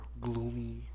Gloomy